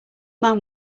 man